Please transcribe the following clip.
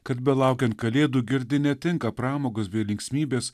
kad belaukiant kalėdų girdi netinka pramogos bei linksmybės